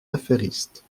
affairiste